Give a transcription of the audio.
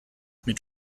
mit